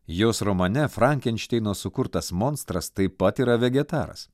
jos romane frankenšteino sukurtas monstras taip pat yra vegetaras